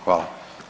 Hvala.